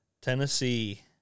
Tennessee